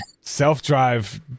self-drive